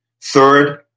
Third